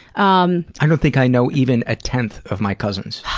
um i don't think i know even a tenth of my cousins.